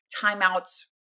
Timeouts